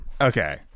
Okay